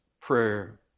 prayer